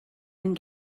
and